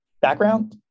background